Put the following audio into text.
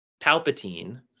Palpatine